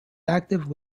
active